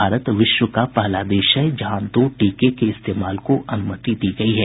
भारत विश्व का पहला देश है जहां दो टीके के इस्तेमाल को अनुमति दी गयी है